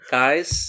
guys